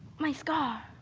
my scar,